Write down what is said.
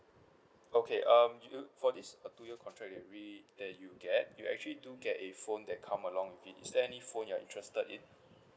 okay um you for this two years contract already we that you get you actually do get a phone that come along with it is there any phone you're interested in